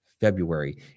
February